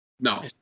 No